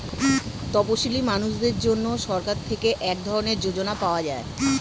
তপসীলি মানুষদের জন্য সরকার থেকে এক ধরনের যোজনা পাওয়া যায়